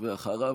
ואחריו,